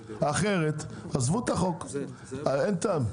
אחרת, עזבו את החוק, אין טעם.